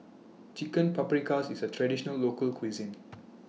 Chicken Paprikas IS A Traditional Local Cuisine